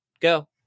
go